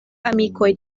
amikoj